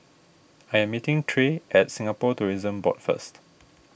I am meeting Tre at Singapore Tourism Board first